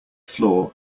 floor